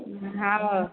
हँ